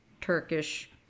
Turkish